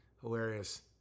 Hilarious